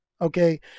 okay